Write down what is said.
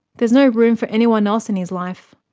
there's no room for anyone else in his life.